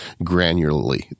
granularly